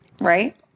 right